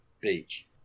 beach